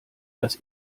das